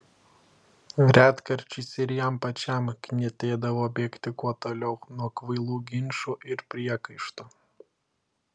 retkarčiais ir jam pačiam knietėdavo bėgti kuo toliau nuo kvailų ginčų ir priekaištų